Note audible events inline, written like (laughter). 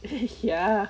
(laughs) ya